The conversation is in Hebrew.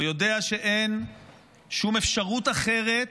ויודע שאין שום אפשרות אחרת